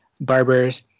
barbers